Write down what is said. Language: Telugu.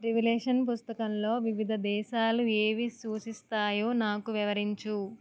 రివిలేషన్ పుస్తకంలో వివిధ దేశాలు ఏవి సూచిస్తాయో నాకు వివరించు